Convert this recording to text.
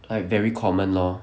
like very common lor